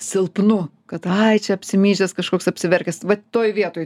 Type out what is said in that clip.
silpnu kad ai čia apsimyžęs kažkoks apsiverkęs va toj vietoj